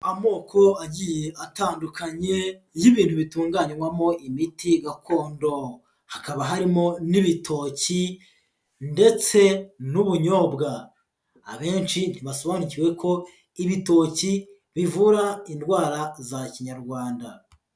Amoko agiye atandukanye y'ibintu bitunganywamo imiti gakondo, hakaba harimo n'ibitoki ndetse n'ubunyobwa, abenshi ntibasobanukiwe ko ibitoki bivura indwara za kinyarwanda.